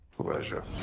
Pleasure